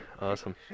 awesome